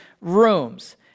rooms